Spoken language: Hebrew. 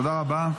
תודה רבה.